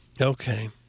Okay